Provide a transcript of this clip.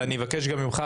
ואני אבקש גם ממך,